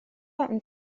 und